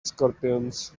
scorpions